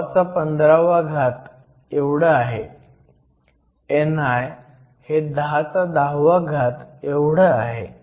n हे 1015 आहे ni हे 1010 आहे